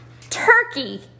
Turkey